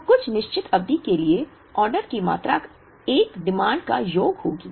तो कुछ निश्चित अवधि के लिए ऑर्डर की मात्रा एक मांग का योग होगी